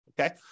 Okay